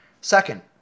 Second